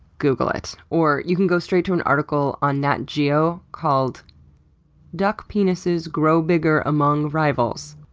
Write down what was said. google it, or you can go straight to an article on nat geo called duck penises grow bigger among rivals